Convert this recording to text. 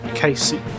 Casey